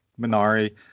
minari